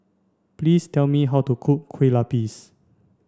please tell me how to cook Kue Lupis